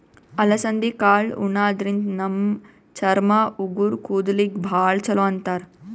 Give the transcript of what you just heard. ಅಲಸಂದಿ ಕಾಳ್ ಉಣಾದ್ರಿನ್ದ ನಮ್ ಚರ್ಮ, ಉಗುರ್, ಕೂದಲಿಗ್ ಭಾಳ್ ಛಲೋ ಅಂತಾರ್